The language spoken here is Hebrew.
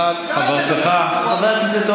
אני לא הבאתי את הסיפוח.